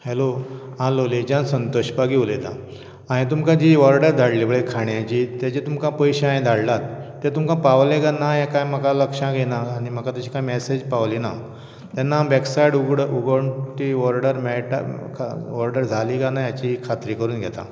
hello हांव लोलयेंच्यान संतोश पागी उलयतां हांवें तुमकां जी ऑर्डर धाडिल्ली पळय खाणाची ताजे तुमकां पयशे हांवें धाडल्यात ते तुमकां पावले काय ना हें कांय म्हाका लक्षांत येना आनी म्हाका तशी कांय मेसेज पावली ना तेन्ना वॅबसायट उगड उगडून ती ऑर्डर मेळटा म्हाका ऑर्डर जाली काय ना हाची खात्री करून घेता